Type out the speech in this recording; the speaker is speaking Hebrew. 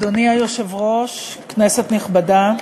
אדוני היושב-ראש, כנסת נכבדה,